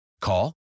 Call